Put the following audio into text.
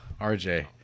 RJ